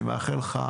אני מאחל לך,